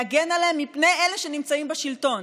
להגן עליה מפני אלה שנמצאים בשלטון.